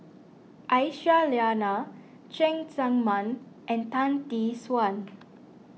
Aisyah Lyana Cheng Tsang Man and Tan Tee Suan